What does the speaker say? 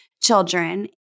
children